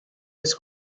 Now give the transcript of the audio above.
his